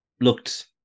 looked